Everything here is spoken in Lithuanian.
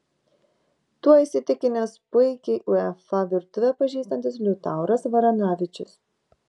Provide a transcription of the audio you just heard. tuo įsitikinęs puikiai uefa virtuvę pažįstantis liutauras varanavičius